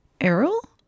errol